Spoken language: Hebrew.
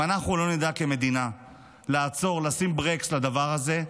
אם אנחנו לא נדע כמדינה לעצור ולשים ברקס לדבר הזה,